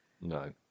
No